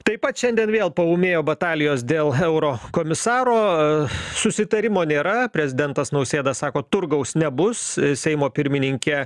taip pat šiandien vėl paūmėjo batalijos dėl eurokomisaro susitarimo nėra prezidentas nausėda sako turgaus nebus seimo pirmininkė